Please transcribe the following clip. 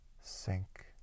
sink